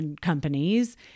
companies